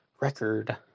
record